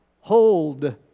hold